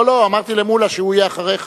אמרתי למולה שהוא יהיה אחריך,